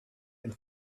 and